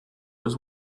was